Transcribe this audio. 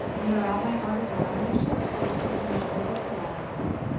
i'm going to wrap my arms around my shins here keeping the shoulders relaxed.